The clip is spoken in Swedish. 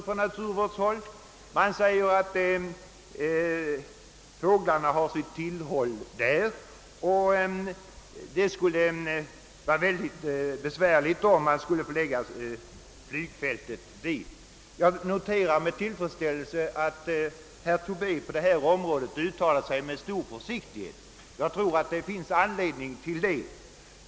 Man påstår att fåglarna har sitt tillhåll där, vilket skulle medföra många besvärligheter om man förlade flygfältet dit. Jag noterar med tillfredsställelse att herr Tobé på den punkten har uttalat sig med stor försiktighet; jag tror att det finns anledning till det.